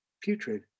putrid